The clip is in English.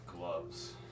gloves